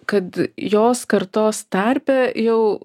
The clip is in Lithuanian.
kad jos kartos tarpe jau